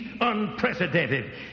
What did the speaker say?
unprecedented